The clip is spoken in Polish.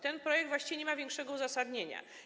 Ten projekt właściwie nie ma większego uzasadnienia.